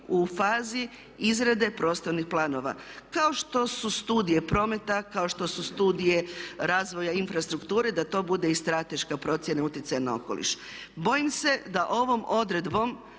u fazi izrade prostornih planova kao što su studije prometa, kao što su studije razvoja infrastrukture da to bude i strateška procjena utjecaja na okoliš. Bojim se da ovom odredbom